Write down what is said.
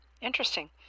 interesting